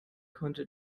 konnte